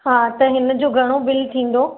हा त हिनजो घणो बिल थींदो